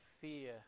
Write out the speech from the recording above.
fear